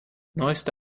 neueste